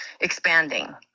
expanding